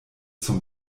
zum